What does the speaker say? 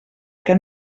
que